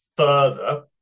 further